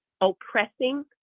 oppressing